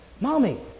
Mommy